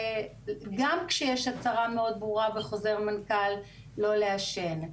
גם כשיש הצהרה מאוד ברורה בחוזר מנכ"ל לא לעשן.